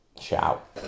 Shout